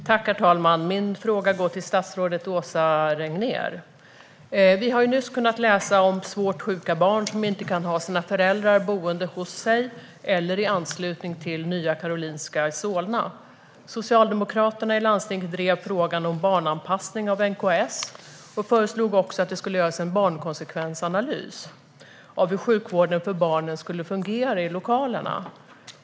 Herr talman! Min fråga går till statsrådet Åsa Regnér. Vi har nyss kunnat läsa om svårt sjuka barn som inte kan ha sina föräldrar boende hos sig på eller i anslutning till Nya Karolinska Solna. Socialdemokraterna i landstinget drev frågan om barnanpassning av NKS och föreslog också att det skulle göras en barnkonsekvensanalys av hur sjukvården för barnen skulle fungera i lokalerna.